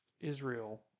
Israel